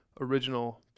original